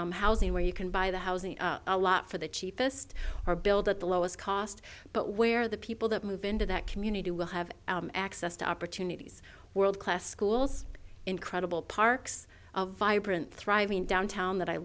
on housing where you can buy the housing a lot for the cheapest or build at the lowest cost but where the people that move into that community will have access to opportunities world class schools incredible parks a vibrant thriving downtown that i